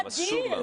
אסור לנו.